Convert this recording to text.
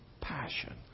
passion